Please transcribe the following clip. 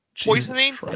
poisoning